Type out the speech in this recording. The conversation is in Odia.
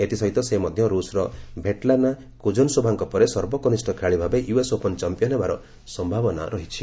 ଏଥିସହିତ ସେ ମଧ୍ୟ ରୁଷ୍ର ଭେଟ୍ଲାନା କୁଜ୍ନେଶୋଭାଙ୍କ ପରେ ସର୍ବକନିଷ୍ଠ ଖେଳାଳି ଭାବେ ୟୁ ଏସ୍ ଓପନ ଚାମ୍ପିୟନ୍ ହେବାର ସମ୍ଭାବନା ରହିଛି